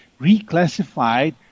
reclassified